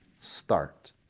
start